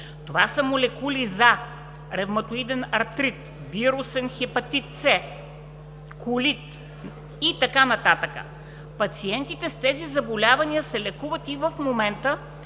Това са молекули за ревматоиден артрит, вирусен хепатит С, колит и така нататък. Пациентите с тези заболявания се лекуват и в момента,